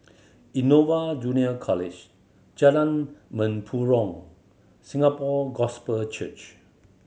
Innova Junior College Jalan Mempurong Singapore Gospel Church